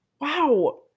wow